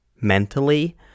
mentally